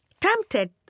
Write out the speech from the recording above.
tempted